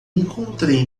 encontrei